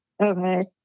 Okay